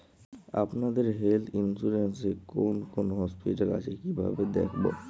আপনাদের health insurance এ কোন কোন হসপিটাল আছে কিভাবে দেখবো?